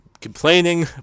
complaining